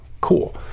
cool